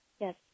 yes